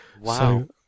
Wow